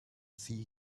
see